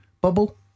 bubble